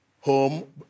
home